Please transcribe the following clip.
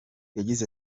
yagize